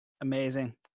Amazing